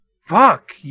fuck